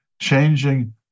changing